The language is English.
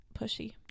pushy